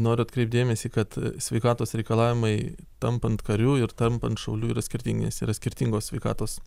noriu atkreipt dėmesį kad sveikatos reikalavimai tampant kariu ir tampant šauliu yra skirtingi nes yra skirtingos sveikatos